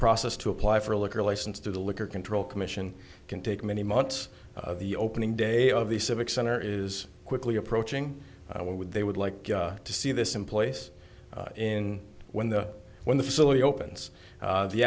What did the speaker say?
process to apply for a liquor license to the liquor control commission can take many months the opening day of the civic center is quickly approaching what would they would like to see this in place in when the when the facility opens the